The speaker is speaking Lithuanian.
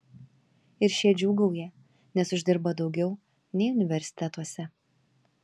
ir šie džiūgauja nes uždirba daugiau nei universitetuose